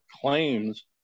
claims